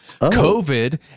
COVID